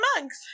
mugs